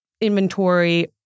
inventory